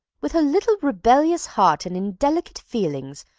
with her little rebellious heart and indelicate feelings,